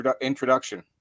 introduction